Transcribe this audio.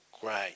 great